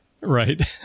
Right